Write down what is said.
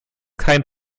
kein